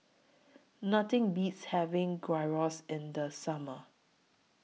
Nothing Beats having Gyros in The Summer